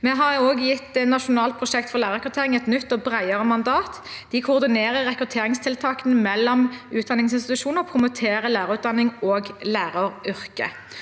Vi har også gitt Nasjonalt prosjekt for lærerrekruttering et nytt og bredere mandat. De koordinerer rekrutteringstiltakene mellom utdanningsinstitusjoner og promoterer lærerutdanning og læreryrket.